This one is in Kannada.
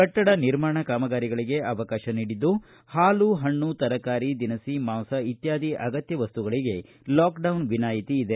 ಕಟ್ಟಡ ನಿರ್ಮಾಣ ಕಾಮಗಾರಿಗಳಿಗೆ ಅವಕಾಶ ನೀಡಿದ್ದು ಹಾಲು ಪಣ್ಣು ತರಕಾರಿ ದಿನಸಿ ಮಾಂಸ ಇತ್ತಾದಿ ಅಗತ್ಯ ವಸ್ತುಗಳಿಗೆ ಲಾಕ್ಡೌನ್ ವಿನಾಯಿತಿ ಇದೆ